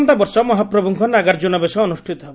ଆସନ୍ତାବର୍ଷ ମହାପ୍ରଭୁଙ୍କ ନାଗାର୍ଜୁନ ବେଶ ଅନୁଷ୍ଠିତ ହେବ